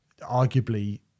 arguably